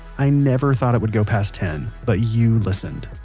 i never thought it would go past ten. but, you listened.